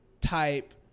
type